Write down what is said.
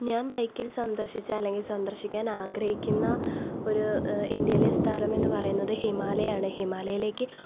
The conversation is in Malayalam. ഞാൻ ബൈക്കിൽ സന്ദർശിച്ച അല്ലെങ്കിൽ സന്ദർശിക്കാൻ ആഗ്രഹിക്കുന്ന ഒരു ഇന്ത്യയിലെ സ്ഥലം എന്നു പറയുന്നത് ഹിമാലയമാണ് ഹിമാലയയിലേക്ക്